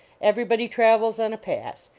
everybody travels on a pass.